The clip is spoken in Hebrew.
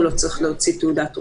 הוא לא צריך להוציא תעודת רופא.